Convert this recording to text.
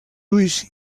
ulls